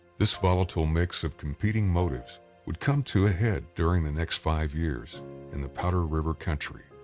this volatile mix of competing motives would come to a head during the next five years in the powder river country.